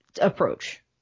approach